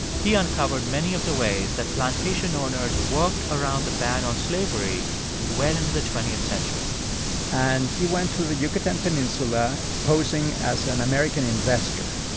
he uncovered many of the ways that plantation owners worked around the ban on slavery well into the twentieth century and he went to the yucatan peninsula posing as an american investor.